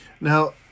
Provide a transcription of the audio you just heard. Now